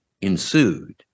ensued